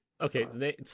Okay